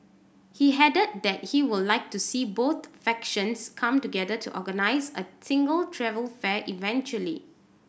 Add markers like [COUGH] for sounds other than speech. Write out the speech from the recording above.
he [UNINTELLIGIBLE] that he would like to see both factions come together to organise a single travel fair eventually